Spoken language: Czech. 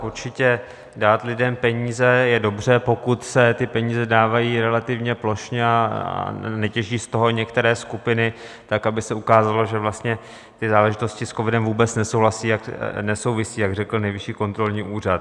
Určitě, dát lidem peníze je dobře, pokud se ty peníze dávají relativně plošně a netěží z toho některé skupiny tak, aby se ukázalo, že vlastně ty záležitosti s covidem vůbec nesouvisí, jak řekl Nejvyšší kontrolní úřad.